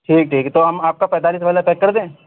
ٹھیک ٹھیک تو ہم آپ کا پینتالیس والا پیک کر دیں